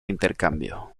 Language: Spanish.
intercambio